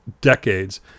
decades